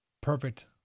Perfect